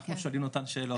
אנחנו שואלים אותם שאלות.